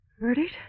Murdered